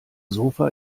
sofa